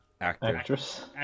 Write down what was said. actress